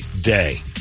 day